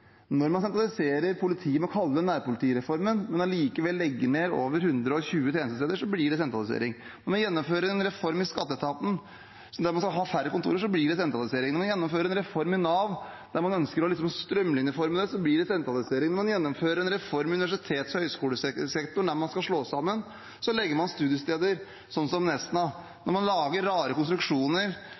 Når man sentraliserer politiet ved å kalle det nærpolitireformen, men allikevel legger ned over 120 tjenestesteder, blir det sentralisering. Når man gjennomfører en reform i skatteetaten der man skal ha færre kontorer, blir det sentralisering. Når man gjennomfører en reform i Nav der man ønsker å strømlinjeforme det, blir det sentralisering. Når man gjennomfører en reform i universitets- og høyskolesektoren der man skal slå sammen, legger man ned studiesteder som Nesna. Når man lager rare konstruksjoner,